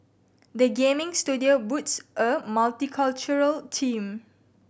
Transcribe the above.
the gaming studio boasts a multicultural team